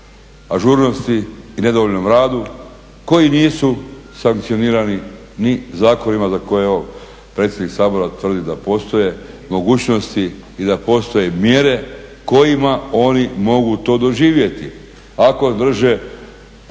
ažurnosti i nedovoljnom radu koji nisu sankcionirani ni zakonima za koje evo, predsjednik Sabora tvrdi da postoje mogućnosti i da postoje mjere kojima oni mogu to doživjeti ako drže